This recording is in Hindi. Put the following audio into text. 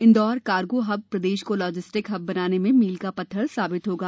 इंदौर कार्गो हब प्रदेश को लॉजिस्टिक हब बनाने में मील का पत्थर साबित होगा